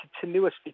continuously